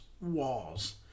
walls